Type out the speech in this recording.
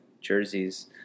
jerseys